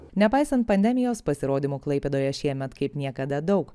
nepaisant pandemijos pasirodymų klaipėdoje šiemet kaip niekada daug